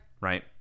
Right